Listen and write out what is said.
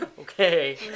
Okay